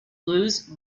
blues